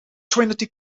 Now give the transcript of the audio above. trinity